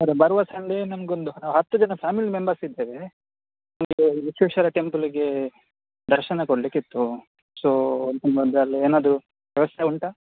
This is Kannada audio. ಸರ್ ಬರುವ ಸಂಡೇ ನಮಗೆ ಒಂದು ಹತ್ತು ಜನ ಫ್ಯಾಮಿಲಿ ಮೆಂಬರ್ಸ್ ಇದ್ದೇವೆ ನಮಗೆ ಈ ವಿಶ್ವೇಶ್ವರ ಟೆಂಪಲಿಗೆ ದರ್ಶನ ಕೊಡ್ಲಿಕ್ಕೆ ಇತ್ತು ಸೋ ನಿಮ್ಮದ್ರಲ್ಲಿ ಏನಾದರೂ ವ್ಯವಸ್ಥೆ ಉಂಟ